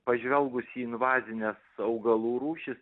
pažvelgus į invazines augalų rūšis